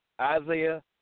Isaiah